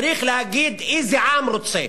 צריך להגיד איזה עם רוצה.